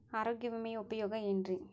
ಆರೋಗ್ಯ ವಿಮೆಯ ಉಪಯೋಗ ಏನ್ರೀ?